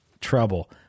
trouble